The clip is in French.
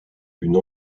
une